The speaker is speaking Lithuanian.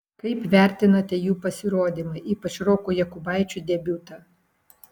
kaip vertinate jų pasirodymą ypač roko jokubaičio debiutą